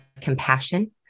compassion